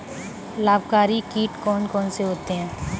लाभकारी कीट कौन कौन से होते हैं?